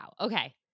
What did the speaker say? Okay